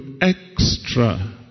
extra